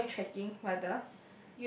enjoy trekking weather